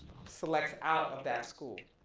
selects out of that school.